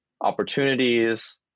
opportunities